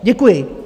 Děkuji.